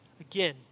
Again